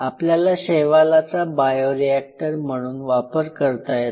आपल्याला शैवालाचा बायोरिअॅक्टर म्हणून वापर करता येतो